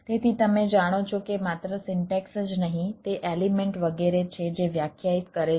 તેથી તમે જાણો છો કે માત્ર સિન્ટેક્સ જ નહીં તે એલિમેન્ટ વગેરે છે જે વ્યાખ્યાયિત કરે છે